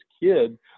kid